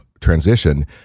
transition